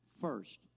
first